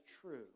true